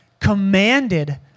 commanded